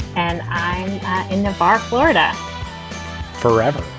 and i'm in the bar florida forever.